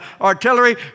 artillery